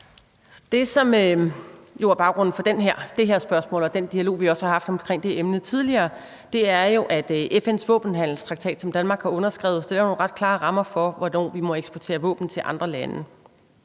Det, som er baggrunden for det her spørgsmål og den dialog, vi også har haft omkring det emne tidligere, er jo, at FN's våbenhandelstraktat, som Danmark har underskrevet, opstiller nogle ret klare rammer for, hvornår vi må eksportere våben til andre lande.